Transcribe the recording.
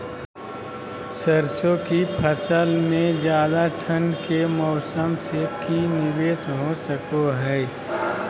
सरसों की फसल में ज्यादा ठंड के मौसम से की निवेस हो सको हय?